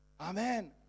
Amen